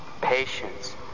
patience